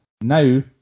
Now